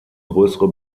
größere